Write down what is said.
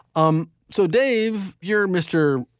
um so, dave, you're mr.